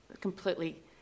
completely